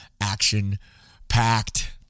action-packed